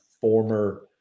former